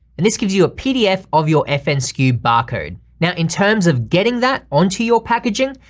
and this gives you a pdf of your fnsku barcode. now, in terms of getting that onto your packaging,